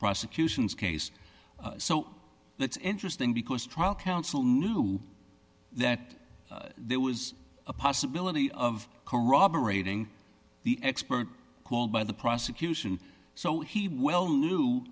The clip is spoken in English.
prosecution's case so that's interesting because trial counsel knew that there was a possibility of corroborating the expert called by the prosecution so he well knew